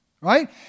Right